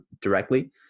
directly